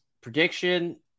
Prediction